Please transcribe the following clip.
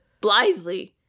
blithely